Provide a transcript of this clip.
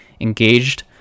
engaged